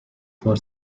for